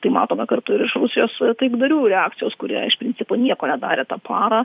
tai matome kartu ir iš rusijos taikdarių reakcijos kurie iš principo nieko nedarė tą parą